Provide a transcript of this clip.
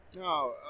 no